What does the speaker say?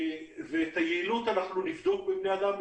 את היעילות אנחנו נבדוק בבני אדם בהמשך,